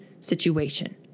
situation